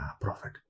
Prophet